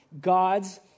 God's